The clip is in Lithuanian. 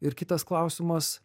ir kitas klausimas